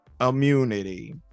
Immunity